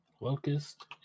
Locust